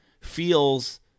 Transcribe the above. feels